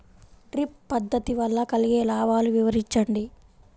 Drip పద్దతి వల్ల కలిగే లాభాలు వివరించండి?